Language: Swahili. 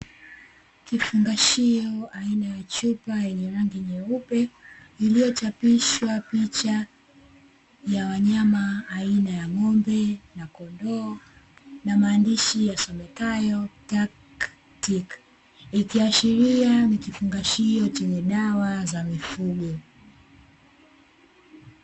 Kifungashio aina ya chupa yenye rangi nyeupe iliyochapishwa picha ya wanyama aina ya ng'ombe na kondoo, na maandishi yasomekayo "Taktic", ikiashiria ni kifungashio chenye dawa za mifugo.